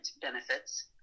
benefits